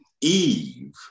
Eve